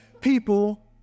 people